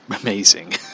Amazing